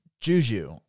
Juju